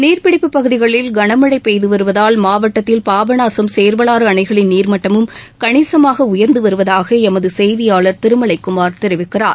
நீர்பிடிப்பு பகுதிகளில் கனமழை பெய்து வருவதால் மாவட்டத்தில் பாபநாசம் சேர்வலாறு அனைகளின் நீர்மட்டமும் கணிசமாக உயர்ந்து வருவதாக எமது செய்தியாளர் திருமலைக் குமார் தெரிவிக்கிறார்